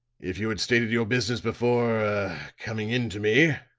if you had stated your business before ah coming in to me,